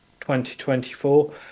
2024